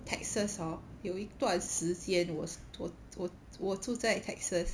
texas hor 有一段时间我我我我住在 texas